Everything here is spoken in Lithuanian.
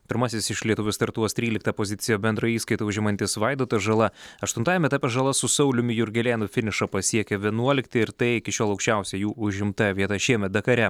pirmasis iš lietuvių startuos tryliktą poziciją bendroje įskaitoje užimantis vaidotas žala aštuntajame etape žala su sauliumi jurgelėnu finišą pasiekė vienuolikti ir tai iki šiol aukščiausia jų užimta vieta šiemet dakare